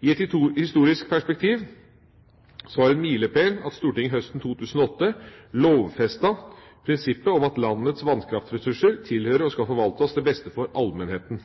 I et historisk perspektiv var det en milepæl at Stortinget høsten 2008 lovfestet prinsippet om at landets vannkraftressurser tilhører og skal forvaltes til beste for allmennheten.